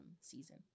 season